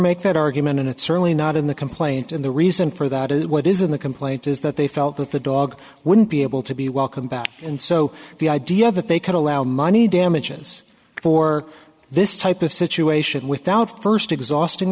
make that argument and it's certainly not in the complaint and the reason for that is what is in the complaint is that they felt that the dog wouldn't be able to be welcome back and so the idea that they could allow money damages for this type of situation without first exhausting